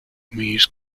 muse